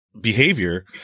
behavior